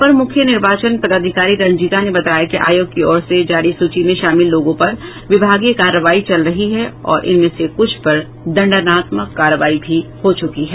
अपर मुख्य निर्वाचन पदाधिकारी रंजीता ने बताया कि आयोग की ओर से जारी सूची में शामिल लोगों पर विभागीय कार्रवाई चल रही है और इनमें से कुछ पर दण्डात्मक कार्रवाई भी हो चुकी है